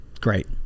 Great